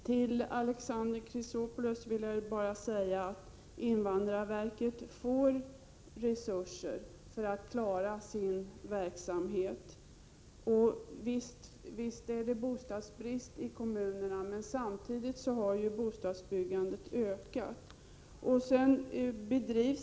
Till Alexander Chrisopoulos vill jag bara säga att invandrarverket får resurser för att klara sin verksamhet. Visst är det bostadsbrist, men samtidigt har bostadsbyggandet ökat.